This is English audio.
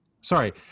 sorry